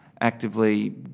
actively